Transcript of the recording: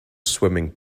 swimming